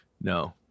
No